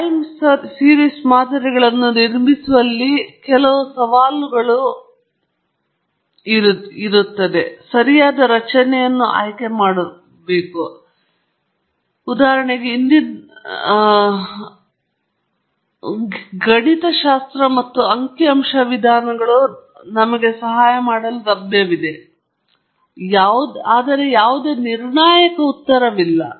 ಈಗ ಟೈಮ್ ಸರಣಿ ಮಾದರಿಗಳನ್ನು ನಿರ್ಮಿಸುವಲ್ಲಿನ ಕೆಲವು ಸವಾಲುಗಳು ಸರಿಯಾದ ಮಾದರಿ ರಚನೆಯನ್ನು ಆಯ್ಕೆ ಮಾಡುತ್ತವೆ ಅದು ಹಿಂದೆ ಎಷ್ಟು ಉದಾಹರಣೆಗೆ ಇಂದಿನ ಮೇಲೆ ಪರಿಣಾಮ ಬೀರುತ್ತದೆ ಮತ್ತು ಅದು ಮತ್ತೊಮ್ಮೆ ಮಾರ್ಗದರ್ಶನಗಳು ಮತ್ತು ಕೆಲವು ಗಣಿತಶಾಸ್ತ್ರ ಮತ್ತು ಅಂಕಿ ಅಂಶಗಳ ವಿಧಾನಗಳು ನಮಗೆ ಸಹಾಯ ಮಾಡಲು ಲಭ್ಯವಿದೆ ಆದರೆ ಮತ್ತೆ ಯಾವುದೇ ನಿರ್ಣಾಯಕ ಉತ್ತರವಿಲ್ಲ